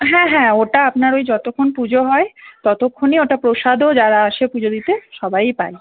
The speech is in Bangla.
হ্যাঁ হ্যাঁ ওটা আপনার ওই যতক্ষণ পুজো হয় ততক্ষণই ওটা প্রসাদও যারা আসে পুজো দিতে সবাই পায়